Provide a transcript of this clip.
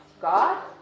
God